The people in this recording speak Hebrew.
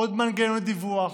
עוד מנגנוני דיווח.